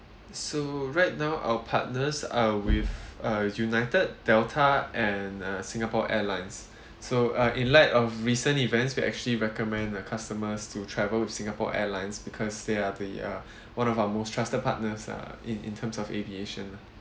so right now our partners are with uh United Delta and uh Singapore Airlines so uh in light of recent events we actually recommend our customers to travel with Singapore Airlines because they are they are one of our most trusted partners uh in in terms of aviation lah